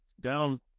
down